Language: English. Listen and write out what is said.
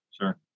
Sure